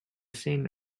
same